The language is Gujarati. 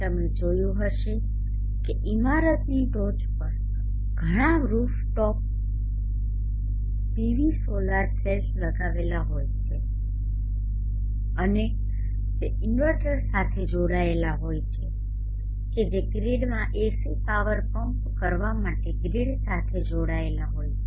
તમે જોયું હશે કે ઇમારતની ટોચ પર ઘણાં રૂફટોપ PV સોલાર સેલ્સ લગાવેલા હોય છે અને તે ઇન્વર્ટર સાથે જોડાયેલા હોય છે કે જે ગ્રીડમાં AC પાવર પંપ કરવા માટે ગ્રીડ સાથે જોડાયેલા છે